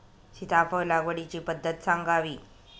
सीताफळ लागवडीची पद्धत सांगावी?